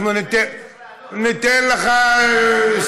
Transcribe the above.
אני ממילא צריך לעלות.